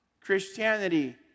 Christianity